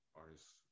artist's